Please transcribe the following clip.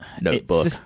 notebook